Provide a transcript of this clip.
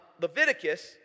Leviticus